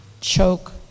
choke